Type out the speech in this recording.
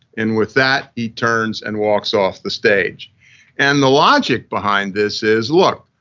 and with that he turns and walks off the stage and the logic behind this is, look,